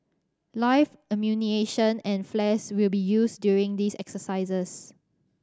live ammunition and flares will be used during these exercises